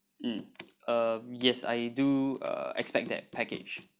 mm uh yes I do uh expect that package